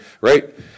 right